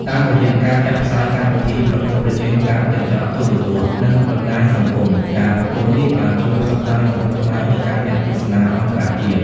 តាមរយៈការចាក់ផ្សាយកម្មវិធីប្រកួតប្រជែងតាមកញ្ចក់ទូរទស្សន៍ និងបណ្ដាញសង្គម ការប្រកួតនេះបានជួយផ្សព្វផ្សាយម្ហូបខ្មែរទៅកាន់អ្នកទស្សនាអន្តរជាតិ។